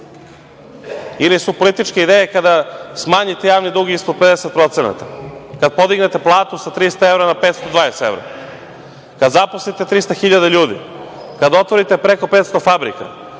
Ili su političke ideje kada smanjite javni dug ispod 50%, kada podignete platu sa 300 evra na 520 evra, kada zaposlite 300 hiljada ljudi, kada otvorite preko 500 fabrika,